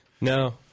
No